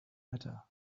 better